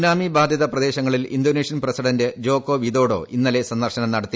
tsunami ബാധികപ്രദേശങ്ങളിൽ Indonesian president Joko Widodo ഇന്നലെ സന്ദർശനം നടത്തി